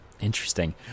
Interesting